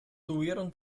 tuvieron